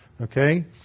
Okay